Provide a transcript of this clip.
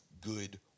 good